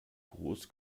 groß